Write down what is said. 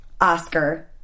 Oscar